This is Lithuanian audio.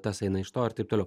tas eina iš to ir taip toliau